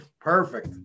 perfect